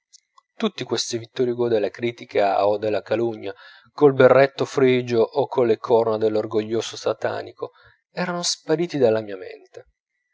tutti questi vittor hugo della critica o della calunnia col berretto frigio o colle corna dell'orgoglio satanico erano spariti dalla mia mente